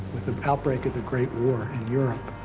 with the outbreak of the great war in europe,